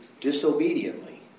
disobediently